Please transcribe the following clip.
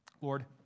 Lord